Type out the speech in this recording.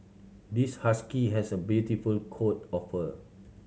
this husky has a beautiful coat of fur